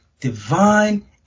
divine